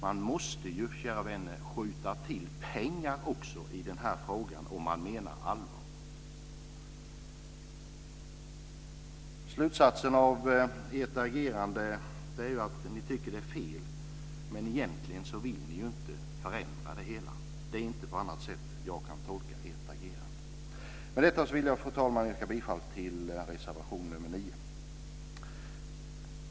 Man måste, kära vänner, också skjuta till pengar i det här sammanhanget om man menar allvar. Slutsatsen av ert agerande är att ni tycker att förhållandena är felaktiga men att ni egentligen inte vill förändra dem. Jag kan inte tolka ert agerande på annat sätt. Med detta yrkar jag, fru talman, bifall till reservation nr 9.